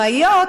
עצמאיות,